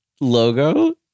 logo